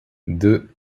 deux